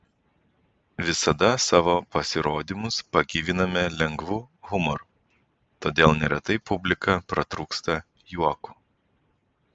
visada savo pasirodymus pagyviname lengvu humoru todėl neretai publika pratrūksta juoku